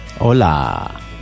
Hola